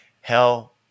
hell